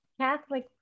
Catholic